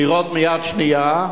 דירות מיד שנייה.